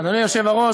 אדוני היושב-ראש,